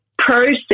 Process